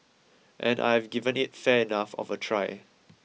and I've given it fair enough of a try